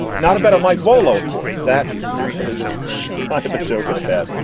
not a better mike volo, of course. that actually was kind of a joke in a bed.